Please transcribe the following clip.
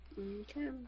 Okay